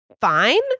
fine